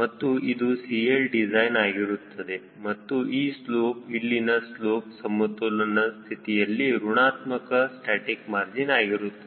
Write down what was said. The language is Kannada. ಮತ್ತು ಇದು CLdesign ಆಗಿರುತ್ತದೆ ಮತ್ತು ಈ ಸ್ಲೋಪ್ ಇಲ್ಲಿನ ಸ್ಲೋಪ್ ಸಮತೋಲನ ಸ್ಥಿತಿಯಲ್ಲಿ ಋಣಾತ್ಮಕ ಸ್ಟಾಸ್ಟಿಕ್ ಮಾರ್ಜಿನ್ ಆಗಿರುತ್ತದೆ